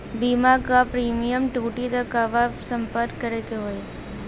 बीमा क प्रीमियम टूटी त कहवा सम्पर्क करें के होई?